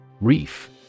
Reef